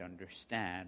understand